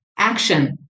Action